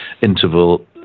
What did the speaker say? interval